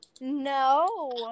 No